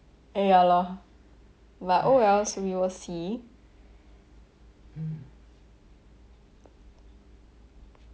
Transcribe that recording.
eh ya lor but oh wells we will see